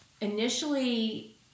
initially